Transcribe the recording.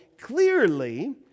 clearly